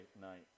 night